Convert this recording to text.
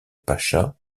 pacha